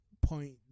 point